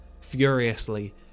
Furiously